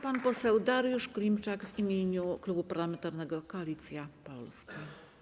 Pan poseł Dariusz Klimczak w imieniu Klubu Parlamentarnego Koalicja Polska.